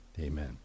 Amen